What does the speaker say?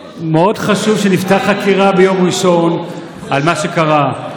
מאוד חשוב שנפתח חקירה על מה שקרה ביום ראשון.